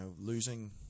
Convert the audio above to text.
losing